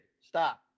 Stop